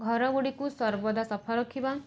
ଘରଗୁଡ଼ିକୁ ସର୍ବଦା ସଫା ରଖିବା